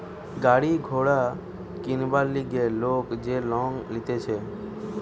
গাড়ি ঘোড়া কিনবার লিগে লোক যে লং লইতেছে